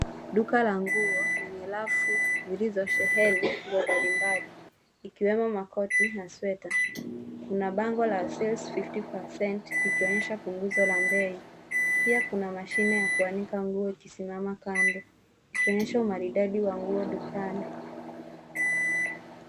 Duka la nguo lenye rafu zilizosheheni nguo mbalimbali ikiwemo makoti na sweta, kuna bango la[ sales fifty percent] ikionyesha punguzo la mbeyu pia kuna mashine ya kuanika nguo ikisimama kando kuonyesha umaridadi wa nguo dukani.